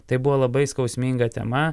tai buvo labai skausminga tema